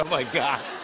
ah my gosh.